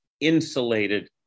insulated